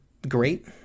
great